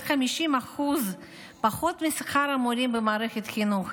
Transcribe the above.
50% פחות משכר המורים במערכת החינוך,